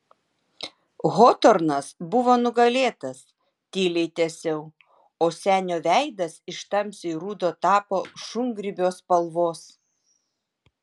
hotornas buvo nugalėtas tyliai tęsiau o senio veidas iš tamsiai rudo tapo šungrybio spalvos